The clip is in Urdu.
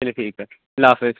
چلیے ٹھیک ہے اللہ حافظ